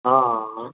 हां